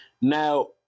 Now